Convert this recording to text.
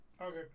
Okay